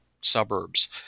suburbs